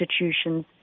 institutions